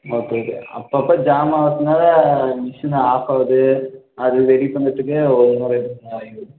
okay okay அப்பப்போ jam ஆகுறதுனால machine off ஆகுது அது ரெடி பண்ணுறத்துக்கு ஒரு